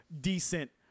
decent